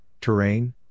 terrain